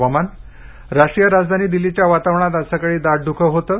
हवामान राष्ट्रीय राजधानी दिल्लीच्या वातावरणात आज सकाळी दा ध्र्युकं होतं